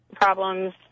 problems